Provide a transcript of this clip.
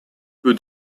peu